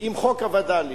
עם חוק הווד"לים.